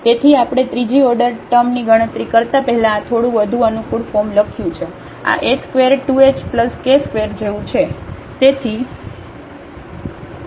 તેથી આપણે ત્રીજી ઓર્ડર ટર્મની ગણતરી કરતા પહેલા આ થોડું વધુ અનુકૂળ ફોર્મ લખ્યું છે કે આ h ² 2h k ² જેવું છે